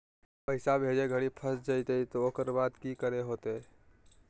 पैसा भेजे घरी फस जयते तो ओकर बाद की करे होते?